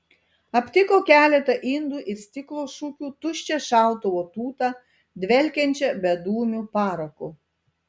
aptiko keletą indų ir stiklo šukių tuščią šautuvo tūtą dvelkiančią bedūmiu paraku